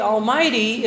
Almighty